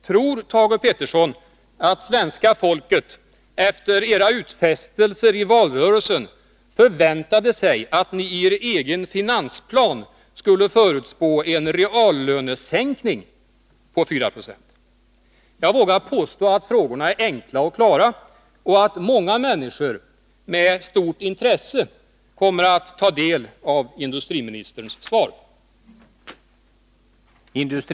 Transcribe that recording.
Tror Thage Peterson att svenska folket efter era utfästelser i valrörelsen förväntade sig att ni i er egen finansplan skulle förutspå en reallönesänkning på 4 920? Jag vågar påstå att frågorna är enkla och klara och att många människor med stort intresse kommer att ta del av industriministerns svar.